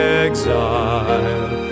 exile